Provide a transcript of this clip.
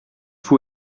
vous